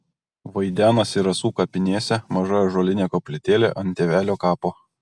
vaidenasi rasų kapinėse maža ąžuolinė koplytėlė ant tėvelio kapo